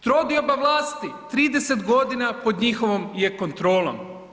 Trodioba vlasti 30.g. pod njihovom je kontrolom.